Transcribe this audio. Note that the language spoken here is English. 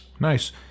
Nice